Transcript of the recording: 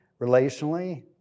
relationally